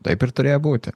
taip ir turėjo būti